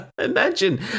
Imagine